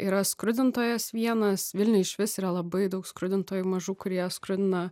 yra skrudintojas vienas vilniuj išvis yra labai daug skrudintojų mažų kurie skrudina